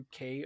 UK